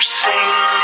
sing